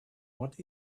what